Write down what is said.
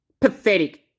Pathetic